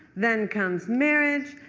then comes marriage,